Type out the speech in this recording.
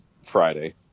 Friday